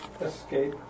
Escape